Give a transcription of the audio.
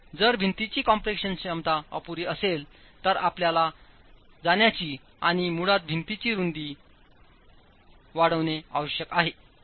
तर जर भिंतीची कॉम्प्रेशन क्षमताअपुरी असेल तर आपल्याला जाण्याची आणि मुळात भिंतीची रुंदी वाढविणे आवश्यक आहे